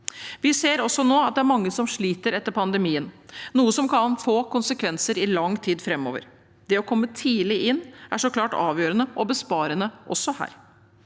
Vi ser også nå at det er mange som sliter etter pandemien, noe som kan få konsekvenser i lang tid framover. Det å komme tidlig inn er så klart avgjørende, og besparende, også her.